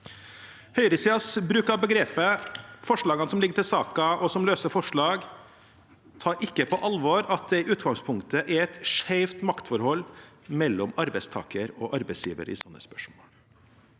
Høyresidens bruk av begrepet og forslagene som ligger til saken, også som løse forslag, tar ikke på alvor at det i utgangspunktet er et skjevt maktforhold mellom arbeidstaker og arbeidsgiver i slike spørsmål.